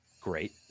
great